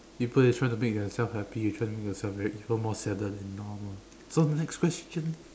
people is trying to make themselves happy you trying to make yourself very even more sadder than normal so the next question